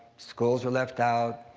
schools were left out.